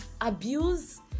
abuse